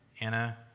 Anna